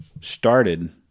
started